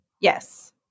Yes